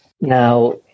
Now